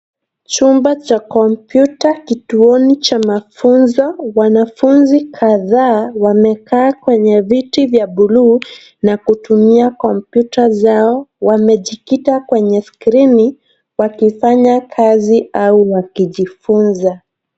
Chumba cha kompyuta kituoni cha mafunzo. Wanafunzi kadhaa wamekaa kwenye viti vya buluu na kutumia kompyuta zao. Wamejikita kwenye skrini, wakifanya kazi au wakijifunza.